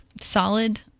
solid